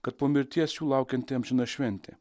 kad po mirties jų laukianti amžina šventė